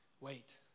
wait